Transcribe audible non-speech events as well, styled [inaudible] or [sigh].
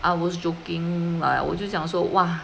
I was joking like 我就讲说 !wah! [noise]